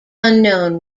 unknown